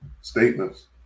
statements